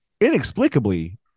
inexplicably